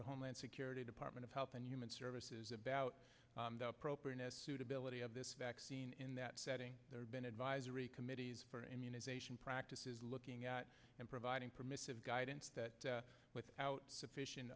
of homeland security department of health and human services about the appropriateness suitability of this vaccine in that setting there have been advisory committees for immunization practices looking at and providing permissive guidance that without sufficient